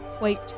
wait